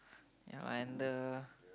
ya and the